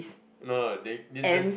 no no no this just